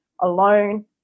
alone